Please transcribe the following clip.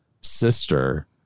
sister